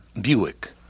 Buick